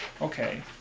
okay